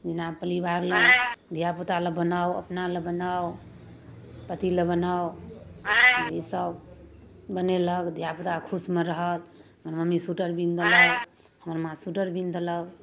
जेना परिवार लेल धियापुता लेल बनाउ अपना ले बनाउ पति लेल बनाउ जेसभ बनेलक धियापुता खुशमे रहल हमर मम्मी स्वेटर बीनि देलक हमर माँ स्वेटर बीनि देलक